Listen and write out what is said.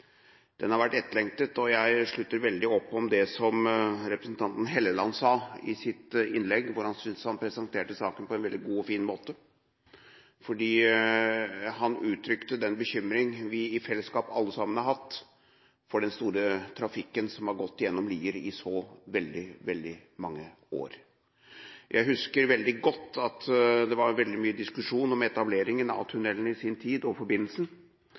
Den har vært etterlengtet, og jeg slutter meg til det som representanten Helleland sa i sitt innlegg, hvor han presenterte saken på en god og fin måte. Han uttrykte den bekymringen vi alle sammen har hatt for den store trafikken som har gått gjennom Lier i så veldig mange år. Jeg husker godt at det var veldig mye diskusjon om etableringen av tunnelen og forbindelsen i sin tid, og